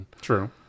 True